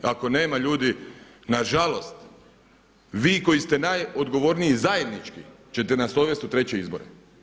Ako nema ljudi na žalost vi koji ste najodgovorniji zajednički ćete nas odvesti u treće izbore.